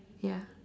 ya